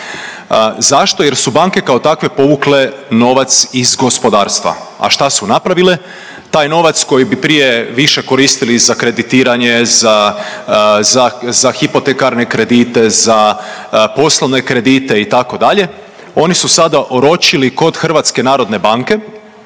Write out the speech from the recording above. zašto, jer su banke kao takve povukle novac iz gospodarstva. A šta su napravile? Taj novac koji bi prije više koristili za kreditiranje, za, za hipotekarne kredite, za poslovne kredite itd. oni su sada oročili kod HNB-a gdje stopa